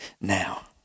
now